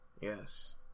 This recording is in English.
Yes